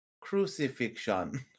crucifixion